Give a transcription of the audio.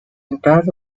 قدر